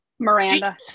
Miranda